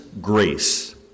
grace